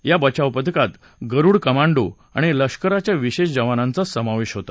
या बचाव पथकात गरुड कमांडो आणि लष्कराच्या विशेष जवानांचा समावेश होता